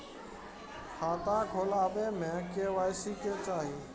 खाता खोला बे में के.वाई.सी के चाहि?